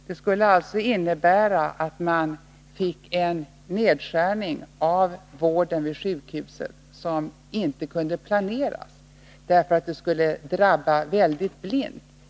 Det skulle innebära en nedskärning av vården vid sjukhuset som inte kunde planeras, därför att den skulle drabba blint.